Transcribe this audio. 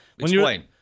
Explain